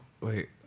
Wait